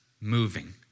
moving